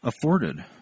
afforded